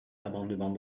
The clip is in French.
d’amendements